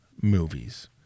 movies